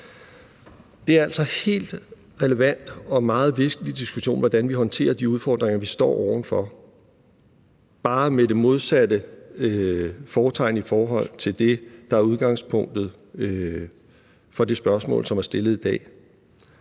Det er altså helt relevant og en meget væsentlig diskussion, hvordan vi håndterer de udfordringer, vi står overfor, bare med det modsatte fortegn i forhold til det, der er udgangspunktet for det spørgsmål, som er stillet i dag.